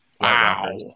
Wow